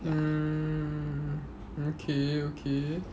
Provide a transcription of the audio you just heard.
mm okay okay